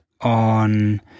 on